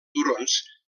turons